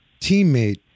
teammate